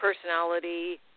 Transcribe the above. personality